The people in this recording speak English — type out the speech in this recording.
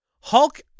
Hulk